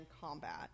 combat